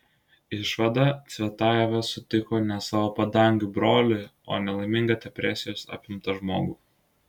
išvada cvetajeva sutiko ne savo padangių brolį o nelaimingą depresijos apimtą žmogų